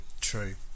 True